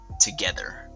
together